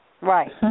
Right